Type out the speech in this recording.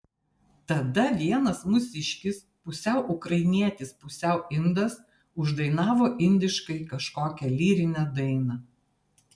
tada vienas mūsiškis pusiau ukrainietis pusiau indas uždainavo indiškai kažkokią lyrinę dainą